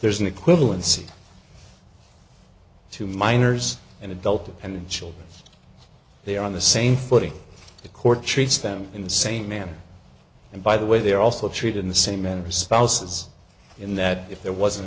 there's an equivalency to minors and adults and children they are on the same footing the court treats them in the same manner and by the way they are also treated the same in responses in that if there wasn't